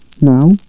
Now